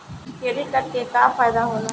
Credit card के का फायदा होला?